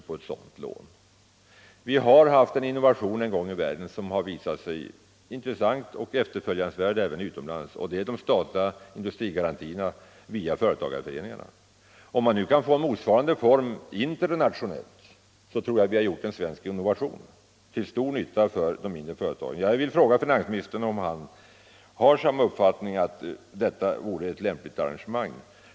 Vi fick en gång i världen en innovation som har uppfattats som intressant och efterföljansvärd även utomlands, nämligen de statliga industrigarantierna via företagarföreningarna. Om vi kan få en motsvarande form på det internationella planet, tror jag att vi har gjort en svensk innovation, till stor nytta för de mindre företagen. Jag vill därför fråga: Har finansministern samma uppfattning, att detta vore ett lämpligt arrangemang?